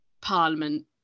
Parliament